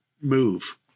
move